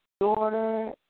daughter